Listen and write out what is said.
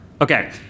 Okay